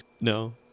No